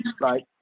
right